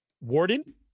Warden